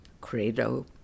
credo